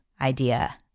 idea